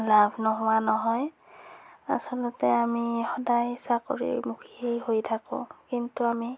লাভ নোহোৱা নহয় আচলতে আমি সদায় চাকৰিমুখী হৈ থাকোঁ কিন্তু আমি